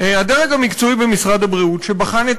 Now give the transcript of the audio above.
הדרג המקצועי במשרד הבריאות שבחן את